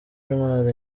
intwaro